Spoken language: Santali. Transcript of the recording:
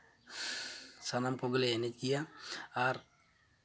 ᱥᱟᱱᱟᱢ ᱠᱚᱜᱮᱞᱮ ᱮᱱᱮᱡ ᱜᱮᱭᱟ ᱟᱨ